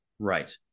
right